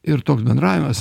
ir toks bendravimas